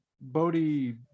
Bodhi